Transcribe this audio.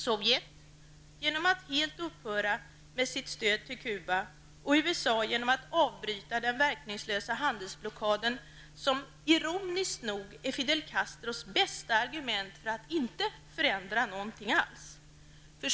Sovjet genom att helt upphöra med sitt stöd till Kuba, och USA genom att avbryta den verkningslösa handelsblockaden, som ironiskt nog är Fidel Castros bästa argument för att inte förändra någonting alls.